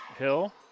Hill